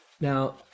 Now